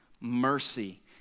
mercy